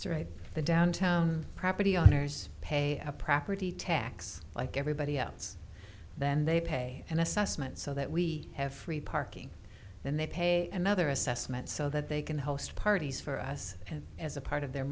it's right the downtown property owners pay a property tax like everybody else then they pay an assessment so that we have free parking then they pay another assessment so that they can host parties for us as a part of their